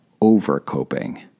over-coping